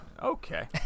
okay